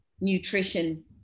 nutrition